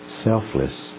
selfless